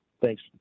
Thanks